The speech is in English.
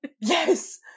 Yes